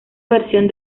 versión